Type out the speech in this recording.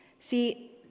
See